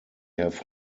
have